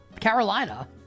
Carolina